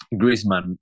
Griezmann